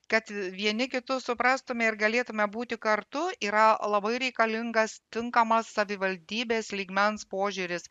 kad vieni kitus suprastume ir galėtume būti kartu yra labai reikalingas tinkamas savivaldybės lygmens požiūris